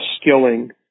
Skilling